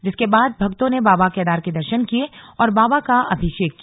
जिसके बाद भक्तों ने बाबा केदार के दर्शन किये और बाबा का अभिषेक किया